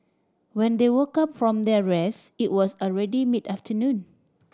when they woke up from their rest it was already mid afternoon